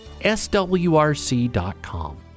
swrc.com